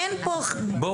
אין פה תלונות.